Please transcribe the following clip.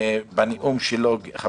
אמרתי בברכה שלי לרב גפני שלא הייתי חבר